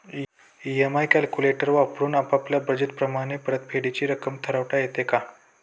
EMI calculator वापरून आपापल्या budget प्रमाणे परतफेडीची रक्कम ठरवता येते का?